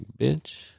bitch